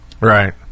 Right